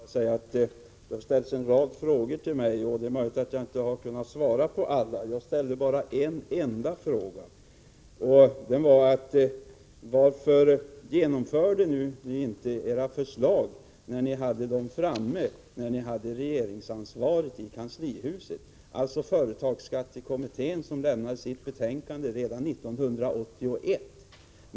Herr talman! Det har ställts en rad frågor till mig, och det är möjligt att jag inte har kunnat svara på alla. Jag ställde bara en enda fråga: Varför genomförde ni inte era förslag när ni hade regeringsansvaret i kanslihuset? Företagsskattekommittén lämnade sitt betänkande redan 1981.